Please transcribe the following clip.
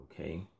Okay